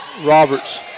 Roberts